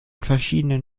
verschiedenen